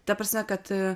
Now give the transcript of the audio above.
ta prasme kad